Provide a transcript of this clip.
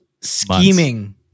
Scheming